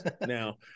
now